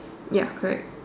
ya correct